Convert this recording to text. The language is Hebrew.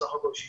בסך הכל 60%,